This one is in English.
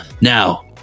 now